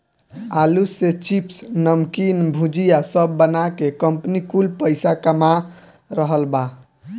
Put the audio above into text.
आलू से चिप्स, नमकीन, भुजिया सब बना के कंपनी कुल पईसा कमा रहल बा